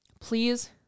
Please